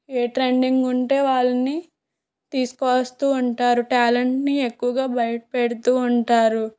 ఏ trending ఉంటే వాళ్ళని తీసుకొస్తూ ఉంటారు ట్యాలెంట్ని ఎక్కువగా బయట పెడుతూ ఉంటారు